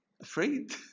afraid